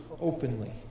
openly